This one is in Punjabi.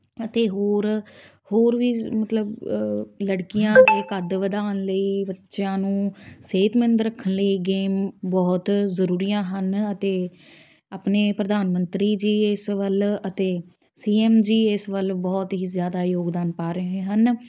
ਅਤੇ ਹੋਰ ਹੋਰ ਵੀ ਮਤਲਬ ਲੜਕੀਆਂ ਦੇ ਕੱਦ ਵਧਾਉਣ ਲਈ ਬੱਚਿਆਂ ਨੂੰ ਸਿਹਤਮੰਦ ਰੱਖਣ ਲਈ ਗੇਮ ਬਹੁਤ ਜ਼ਰੂਰੀ ਹਨ ਅਤੇ ਆਪਣੇ ਪ੍ਰਧਾਨ ਮੰਤਰੀ ਜੀ ਇਸ ਵੱਲ ਅਤੇ ਸੀ ਐਮ ਜੀ ਇਸ ਵੱਲ ਬਹੁਤ ਹੀ ਜ਼ਿਆਦਾ ਯੋਗਦਾਨ ਪਾ ਰਹੇ ਹਨ